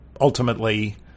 ultimately